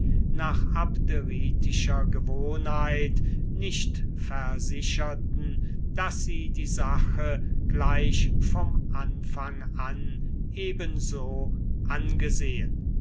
nach abderitischer gewohnheit nicht versicherten daß sie die sache gleich vom anfang an eben so angesehen